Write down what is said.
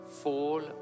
fall